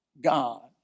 God